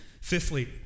Fifthly